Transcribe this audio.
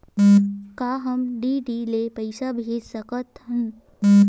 का हम डी.डी ले पईसा भेज सकत हन?